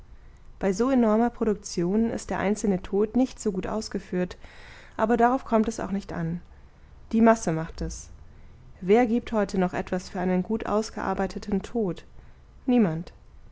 bei so enormer produktion ist der einzelne tod nicht so gut ausgeführt aber darauf kommt es auch nicht an die masse macht es wer giebt heute noch etwas für einen gut ausgearbeiteten tod niemand